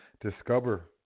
discover